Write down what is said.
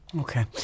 Okay